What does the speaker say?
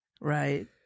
Right